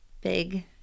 Big